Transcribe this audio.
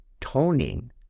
Toning